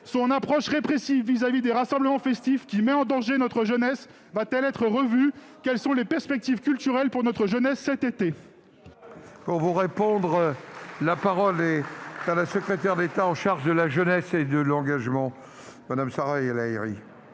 Son approche répressive des rassemblements festifs, qui met en danger notre jeunesse, va-t-elle être revue ? Quelles sont les perspectives culturelles pour notre jeunesse cet été ? La parole est à Mme la secrétaire d'État chargée de la jeunesse et de l'engagement. Monsieur le